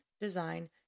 design